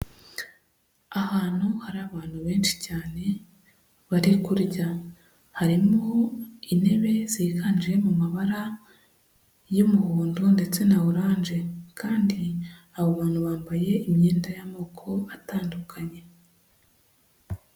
Ahantu hari abantu benshi cyane bari kurya, harimo intebe ziganje mu mabara y'umuhondo ndetse na oranje kandi abo bantu bambaye imyenda y'amoko atandukanye.